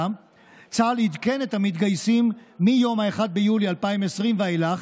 צה"ל עדכן את המתגייסים מיום 1 ביולי 2020 ואילך